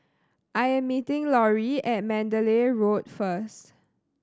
I am meeting Loree at Mandalay Road first